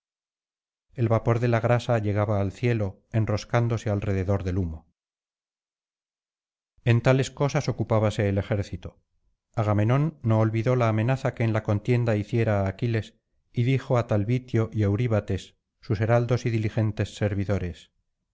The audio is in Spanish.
el vapor de la grasa llegaba al cielo enroscándose alrededor del humo en tales cosas ocupábase el ejército agamenón no olvidó la amenaza que en la contienda hiciera á aquiles y dijo á taltibio y euríbates sus heraldos y diligentes servidores